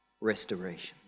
restoration